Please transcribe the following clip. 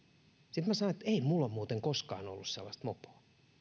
minä sanoin että ei minulla ole muuten koskaan ollut sellaista mopoa ja